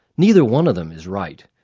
neither one of them is right,